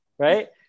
Right